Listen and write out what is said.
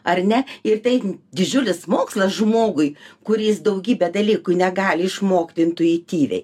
ar ne ir tai didžiulis mokslas žmogui kuris daugybę dalykų negali išmokti intuityviai